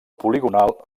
poligonal